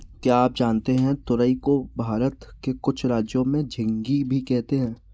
क्या आप जानते है तुरई को भारत के कुछ राज्यों में झिंग्गी भी कहते है?